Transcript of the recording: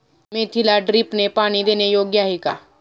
मेथीला ड्रिपने पाणी देणे योग्य आहे का?